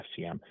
FCM